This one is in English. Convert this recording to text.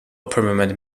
permanent